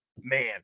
man